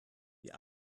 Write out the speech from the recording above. wir